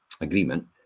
agreement